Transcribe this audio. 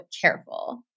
careful